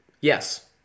Yes